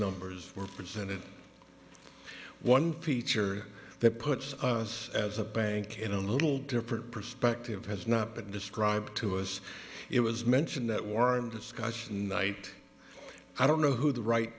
numbers were presented one feature that puts us as a bank in a little different perspective has not been described to us it was mentioned that warren discussion and night i don't know who the right